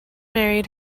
married